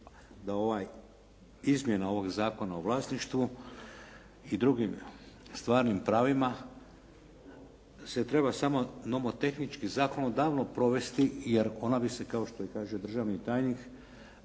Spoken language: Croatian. izmjena ovog Zakona o vlasništvu i drugim stvarnim pravima se treba samo nomotehnički zakonodavno provesti jer ona bi se kao što i kaže državni tajnik